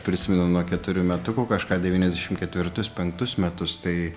prisimenu nuo keturių metukų kažką devyniasdešim ketvirtus penktus metus tai